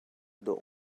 dawh